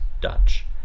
Dutch